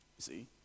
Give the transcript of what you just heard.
see